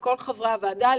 כל חברי הוועדה,